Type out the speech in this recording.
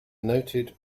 noted